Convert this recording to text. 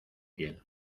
fiel